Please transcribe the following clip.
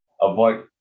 avoid